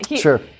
sure